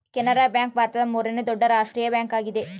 Canara bank ಭಾರತದ ಮೂರನೇ ದೊಡ್ಡ ರಾಷ್ಟ್ರೀಯ ಬ್ಯಾಂಕ್ ಆಗಿದೆ